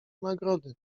nagrody